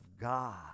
God